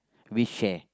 we share